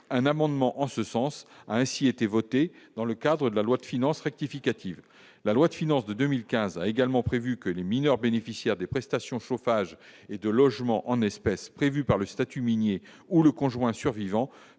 un amendement en ce sens, a ainsi été votée dans le cadre de la loi de finances rectificative, la loi de finances de 2015 a également prévu que les mineurs bénéficiaires des prestations chauffage et de logement en espèces prévues par le statut minier ou le conjoint survivant